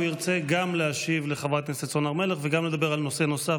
והוא ירצה גם להשיב לחברת הכנסת סון הר מלך וגם לדבר על נושא נוסף.